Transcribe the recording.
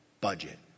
budget